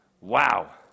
Wow